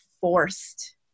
forced